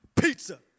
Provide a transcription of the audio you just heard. Pizza